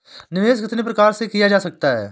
निवेश कितनी प्रकार से किया जा सकता है?